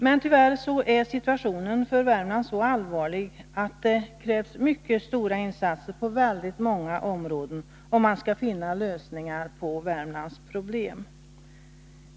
Men tyvärr är situationen för Värmland så allvarlig att det krävs mycket stora insatser på väldigt många områden, om man skall finna lösningar på länets problem.